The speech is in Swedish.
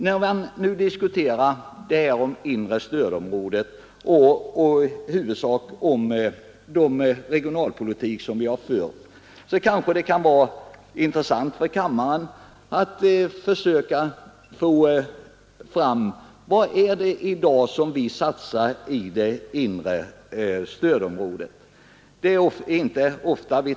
När man diskuterar det inre stödområdet och den regionalpolitik vi har fört kan det kanske vara intressant för kammaren att ställa frågan: Vad satsar vi i dag på det inre stödområdet?